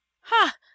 Ha